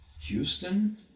Houston